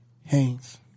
Haynes